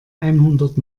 einhundert